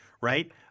right